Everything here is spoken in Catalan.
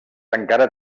encara